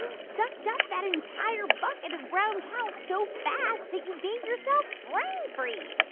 sucked up that entire bucket of brown cow so fast that you gave yourself brain